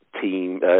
team